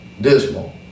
dismal